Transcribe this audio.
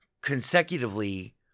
consecutively